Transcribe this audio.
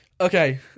okay